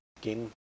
Game